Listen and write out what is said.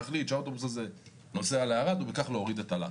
הזה נוסע עכשיו לערד ובכך להוריד את הלחץ.